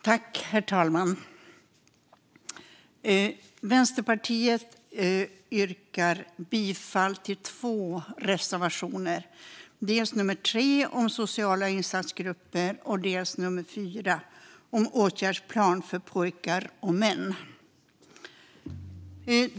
Herr talman! Jag yrkar bifall till två reservationer, dels nummer 3 om sociala insatsgrupper, dels nummer 4 om en åtgärdsplan för pojkar och män.